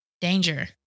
danger